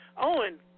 Owen